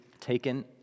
taken